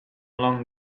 long